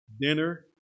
dinner